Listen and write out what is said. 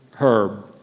herb